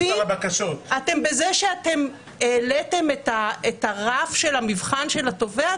בזה שהעליתם את הרף של המבחן של התובע,